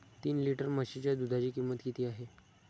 तीन लिटर म्हशीच्या दुधाची किंमत किती आहे?